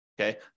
okay